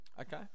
Okay